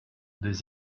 des